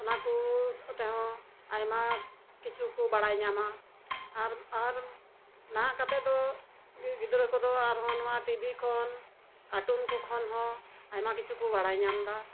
ᱚᱱᱟᱠᱩ ᱛᱮᱦᱚᱸ ᱟᱭᱢᱟ ᱠᱤᱪᱷᱩᱠᱩ ᱵᱟᱲᱟᱭ ᱧᱟᱢᱟ ᱟᱨ ᱱᱟᱦᱟᱜ ᱠᱟᱛᱮᱫ ᱫᱚ ᱜᱤᱫᱽᱨᱟᱹ ᱠᱚᱫᱚ ᱱᱚᱣᱟ ᱴᱤᱵᱷᱤ ᱠᱷᱚᱱ ᱠᱟᱴᱩᱱᱠᱩ ᱠᱷᱚᱱ ᱦᱚᱸ ᱟᱭᱢᱟ ᱠᱤᱪᱷᱩᱠᱩ ᱵᱟᱲᱟᱭ ᱧᱟᱢᱮᱫᱟ